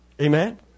Amen